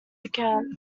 account